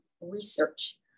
research